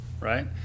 right